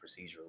procedural